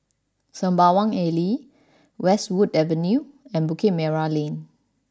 Sembawang Alley Westwood Avenue and Bukit Merah Lane